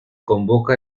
convoca